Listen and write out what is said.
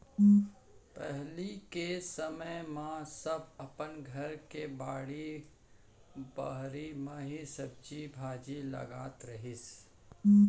पहिली के समे म सब अपन घर के बाड़ी बखरी म ही सब्जी भाजी लगात रहिन